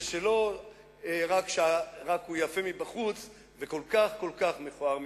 ולא רק שהוא יפה מבחוץ וכל כך כל כך מכוער מבפנים.